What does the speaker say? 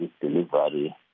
delivery